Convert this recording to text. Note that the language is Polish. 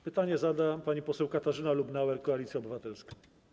Pytanie zada pani poseł Katarzyna Lubnauer, Koalicja Obywatelska.